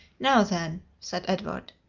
now then, said edward,